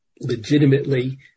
legitimately